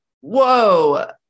Whoa